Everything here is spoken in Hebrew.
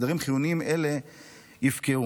הסדרים חיוניים אלה יפקעו.